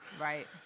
Right